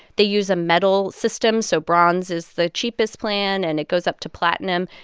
they use a medal system. so bronze is the cheapest plan, and it goes up to platinum.